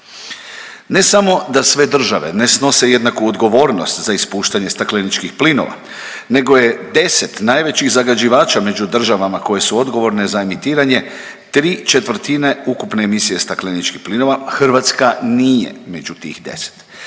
Ne samo da sve države ne snose jednaku odgovornost za ispuštanje stakleničkih plinova nego je 10 najvećih zagađivača među državama koje su odgovorne za emitiranje 3/4 ukupne emisije stakleničkih plinova, Hrvatska nije među tih 10.